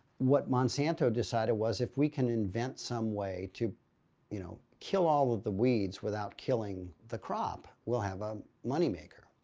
what monsanto decided was, if we can invent some way to you know kill all of the weeds without killing the crop, we'll have a money maker.